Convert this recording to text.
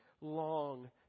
long